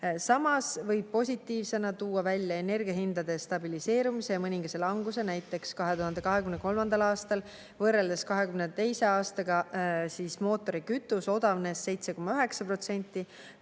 Samas võib positiivsena tuua välja energiahindade stabiliseerumise ja mõningase languse, näiteks 2023. aastal odavnes võrreldes 2022. aastaga mootorikütus 7,9%,